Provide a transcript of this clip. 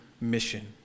mission